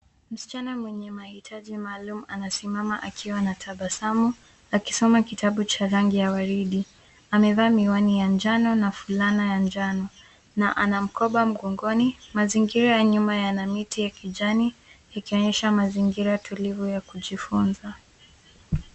Msichana mwenye mahitaji maalum anasimama akiwa na tabasamu akisoma kitabu cha rangi ya waridi. Amevaa miwani ya njano na fulana ya njano na ana mkoba mgongoni. Mazingira ya nyuma ya na miti ya kijani ikionyesha mazingira tulivyo ya kujifunza.